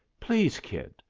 please, kid,